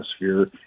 atmosphere